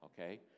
okay